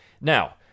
Now